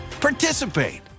participate